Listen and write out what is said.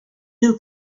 new